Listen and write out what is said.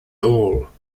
all